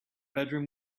bedroom